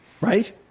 Right